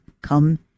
come